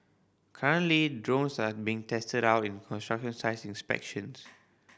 currently drones are being tested out in construction site inspections